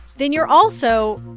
then you're also,